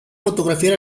fotografiar